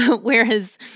Whereas